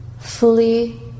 Fully